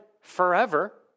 forever